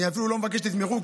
אני אפילו לא מבקש שתתמכו,